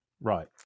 Right